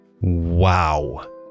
wow